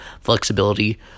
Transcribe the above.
flexibility